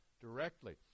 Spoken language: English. directly